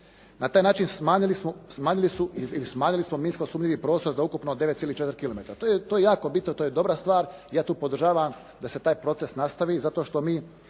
su, ili smanjili smo minsko sumnjivi prostor za ukupno 9,4 km. To je jako bitno. To je dobra stvar i ja to podržavam da se taj proces nastavi zato što mi